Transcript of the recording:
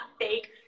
fake